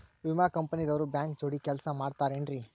ವಿಮಾ ಕಂಪನಿ ದವ್ರು ಬ್ಯಾಂಕ ಜೋಡಿ ಕೆಲ್ಸ ಮಾಡತಾರೆನ್ರಿ?